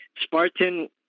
Spartan